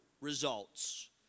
results